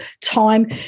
time